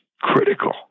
critical